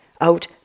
out